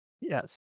Yes